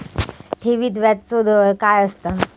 ठेवीत व्याजचो दर काय असता?